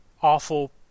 awful